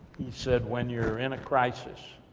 he said, when you're in a crisis,